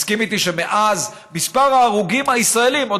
תסכים איתי שמאז מספר ההרוגים הישראלים בירושלים,